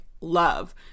love